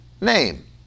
name